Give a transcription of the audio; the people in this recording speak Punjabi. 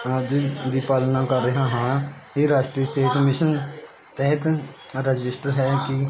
ਦਾਅਵੇ ਦੀ ਪਾਲਣਾ ਕਰ ਰਿਹਾ ਹਾਂ ਇਹ ਰਾਸ਼ਟਰੀ ਸਿਹਤ ਮਿਸ਼ਨ ਤਹਿਤ ਰਜਿਸਟਰਡ ਹੈ ਕੀ